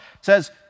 Says